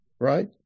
right